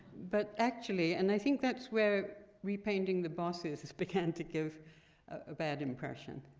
but actually and i think that's where repainting the bosses began to give a bad impression,